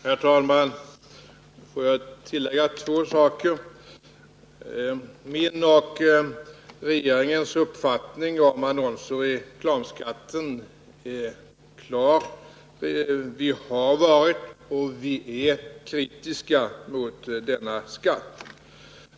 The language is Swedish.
Herr talman! Får jag tillägga två saker. Min och regeringens uppfattning om annonsoch reklamskatten är klar. Vi har varit och är kritiska mot denna skatt.